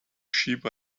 sheep